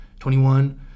21